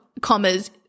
commas